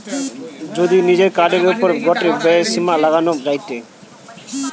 যদি নিজের কার্ডের ওপর গটে ব্যয়ের সীমা লাগানো যায়টে